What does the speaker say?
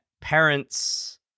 parents